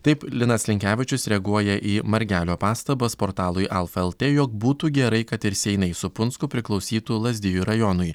taip linas linkevičius reaguoja į margelio pastabas portalui alfa lt jog būtų gerai kad ir seinai su punsku priklausytų lazdijų rajonui